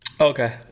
Okay